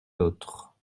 l’autre